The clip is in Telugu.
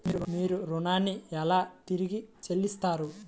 మీరు ఋణాన్ని ఎలా తిరిగి చెల్లిస్తారు?